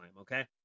okay